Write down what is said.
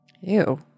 Ew